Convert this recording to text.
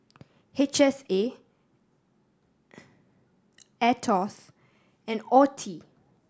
H S A Aetos and Oeti